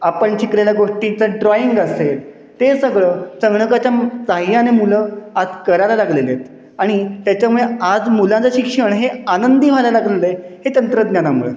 आपण शिकलेल्या गोष्टीचं ड्रॉईंग असेल ते सगळं संगणकाच्या सहायाने मुलं आज करायला लागलेले आहेत आणि त्याच्यामुळे आज मुलांचं शिक्षण हे आनंदी व्हायला लागलेलं आहे हे तंत्रज्ञानामुळे